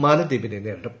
മാലദ്വീപിനെ നേരിടും